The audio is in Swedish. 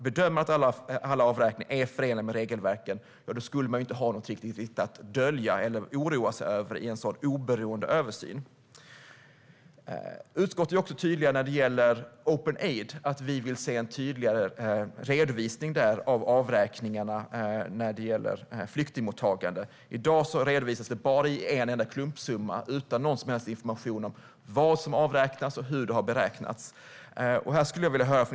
Bedömer man att alla avräkningar är förenliga med regelverken skulle man inte ha något att dölja eller oroa sig över i en oberoende översyn. När det gäller openaid.se vill utskottet se en tydligare redovisning där av avräkningarna för flyktingmottagandet. I dag redovisas det i en klumpsumma utan någon som helst information om vad som avräknas och hur det har beräknats.